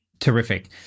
terrific